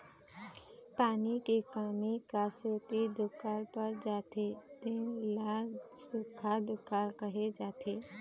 पानी के कमी क सेती दुकाल पर जाथे तेन ल सुक्खा दुकाल कहे जाथे